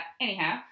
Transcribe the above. anyhow